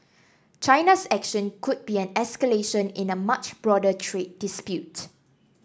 China's action could be an escalation in a much broader trade dispute